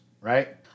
Right